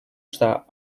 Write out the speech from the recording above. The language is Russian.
что